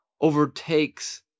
overtakes